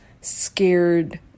scared